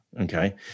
okay